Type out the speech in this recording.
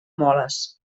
moles